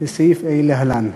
בסעיף ה' להלן.